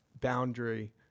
boundary